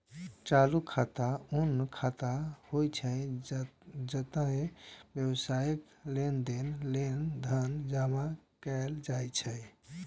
चालू खाता ऊ खाता होइ छै, जतय व्यावसायिक लेनदेन लेल धन जमा कैल जाइ छै